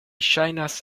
ŝajnas